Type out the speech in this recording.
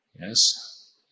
Yes